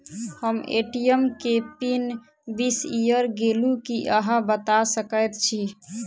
हम ए.टी.एम केँ पिन बिसईर गेलू की अहाँ बता सकैत छी?